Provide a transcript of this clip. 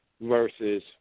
versus